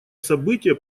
события